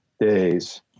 Days